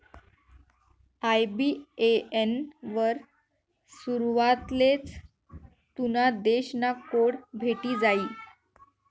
IBAN वर सुरवातलेच तुना देश ना कोड भेटी जायी